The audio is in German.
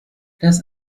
das